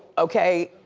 okay.